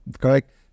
correct